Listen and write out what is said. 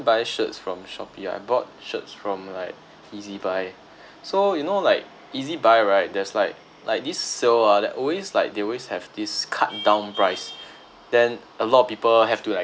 buy shirts from Shopee I bought shirts from like ezbuy so you know like ezbuy right there's like like this sale ah that always like they always have this cut down price then a lot of people have to like